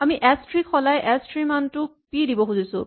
আমি S three ক সলাই এচ থ্ৰী ৰ মানটো পি দিব খুজিছো